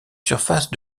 surface